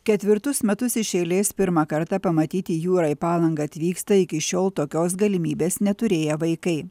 ketvirtus metus iš eilės pirmą kartą pamatyti jūrą į palangą atvyksta iki šiol tokios galimybės neturėję vaikai